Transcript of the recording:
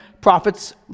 profits